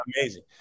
amazing